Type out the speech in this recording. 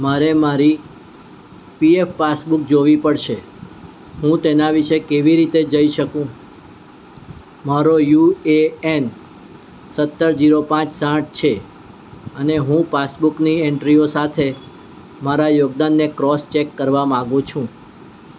મારે મારી PF passbook જોવી પડશે હું તેના વિશે કેવી રીતે જઈ શકું મારો યુ એ એન સત્તર જીરો પાંચ સાઠ છે અને હું પાસબુકની એન્ટ્રીઓ સાથે મારા યોગદાનને ક્રોસ ચેક કરવા માગું છું